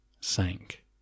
sank